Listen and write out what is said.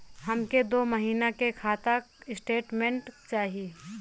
हमके दो महीना के खाता के स्टेटमेंट चाही?